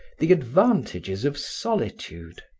the advantages of solitude,